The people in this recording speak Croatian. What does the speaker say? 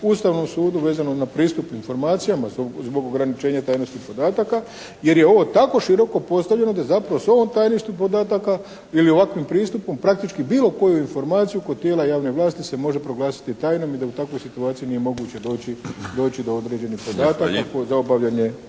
Ustavnom sudu vezano na pristup informacijama zbog ograničenja tajnosti podataka jer je ovo tako široko postavljeno da zapravo sa ovim tajnošću podataka ili ovakvim pristupom praktički bilo koju informaciju kod tijela javne vlasti se može proglasiti tajnom i da u takvoj situaciji nije moguće doći do određenih podataka za obavljanje